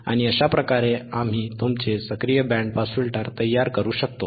आणि अशा प्रकारे आम्ही तुमचे सक्रिय बँड पास फिल्टर तयार करू शकतो